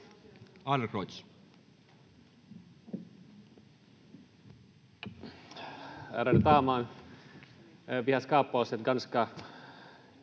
Arvoisa